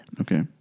Okay